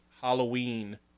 Halloween